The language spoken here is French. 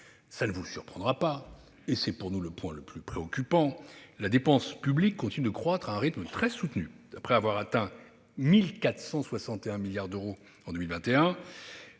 cela ne vous surprendra pas -c'est pour nous le point le plus préoccupant, la dépense publique continue de croître à un rythme soutenu. Après avoir atteint 1 461 milliards d'euros en 2021,